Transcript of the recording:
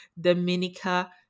Dominica